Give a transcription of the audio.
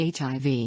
HIV